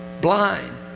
blind